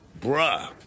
Bruh